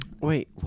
Wait